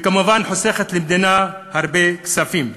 וכמובן חוסכת למדינה הרבה כספים.